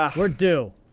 ah we're due.